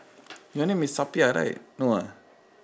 your name is sapiahl right no ah